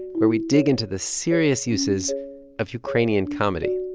where we dig into the serious uses of ukrainian comedy.